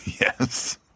Yes